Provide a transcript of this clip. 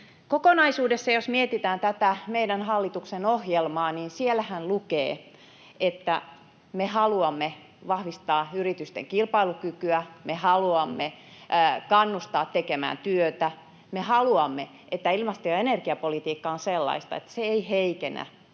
Kokonaisuudessaan jos mietitään tätä meidän hallituksen ohjelmaa, niin siellähän lukee, että me haluamme vahvistaa yritysten kilpailukykyä, me haluamme kannustaa tekemään työtä, me haluamme, että ilmasto- ja energiapolitiikka on sellaista, että se ei heikennä